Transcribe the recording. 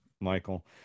Michael